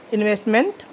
Investment